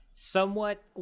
somewhat